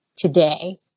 today